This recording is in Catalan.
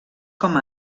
com